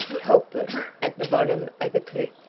helpless, at the bottom of a cliff!